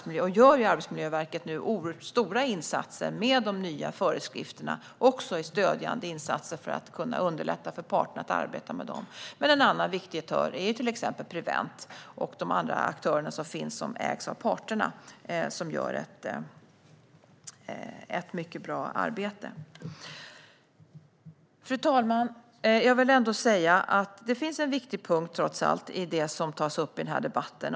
Därför gör Arbetsmiljöverket nu oerhört stora insatser med de nya föreskrifterna också i stödjande insatser för att underlätta för parterna att arbeta med dem. En annan viktig aktör är till exempel Prevent, liksom de andra aktörerna som ägs av parterna och som gör ett mycket bra arbete. Fru talman! Jag vill ändå säga att det finns en viktig punkt, trots allt, i det som tas upp i den här debatten.